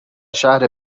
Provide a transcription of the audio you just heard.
شهر